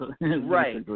right